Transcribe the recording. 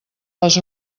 les